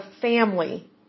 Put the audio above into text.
family